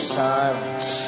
silence